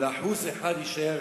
אבל 1% יישאר